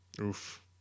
Oof